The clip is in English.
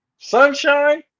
Sunshine